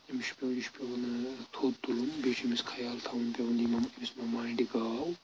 أمِس چھُ پیٚوان یہِ چھُ پیٚوان تھوٚد تُلُن بیٚیہِ چھُ أمِس خیال تھاوُن پؠوَان یِمن یُس نہٕ مانٛڈِ گاو